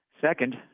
Second